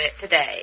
today